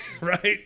Right